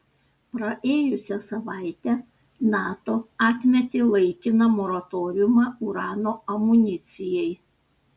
praėjusią savaitę nato atmetė laikiną moratoriumą urano amunicijai